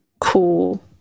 Cool